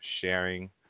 sharing